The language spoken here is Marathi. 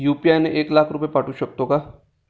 यु.पी.आय ने एक लाख रुपये पाठवू शकतो का?